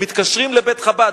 הם מתקשרים לבית-חב"ד,